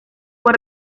fue